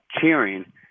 cheering